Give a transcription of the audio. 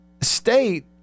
State